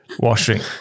washing